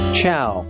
ciao